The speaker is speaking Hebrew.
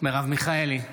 מרב מיכאלי,